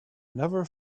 never